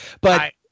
but-